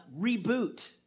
reboot